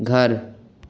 घर